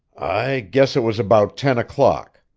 i guess it was about ten o'clock.